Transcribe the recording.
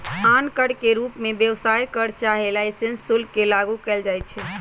आन कर के रूप में व्यवसाय कर चाहे लाइसेंस शुल्क के लागू कएल जाइछै